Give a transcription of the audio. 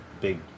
big